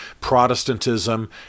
Protestantism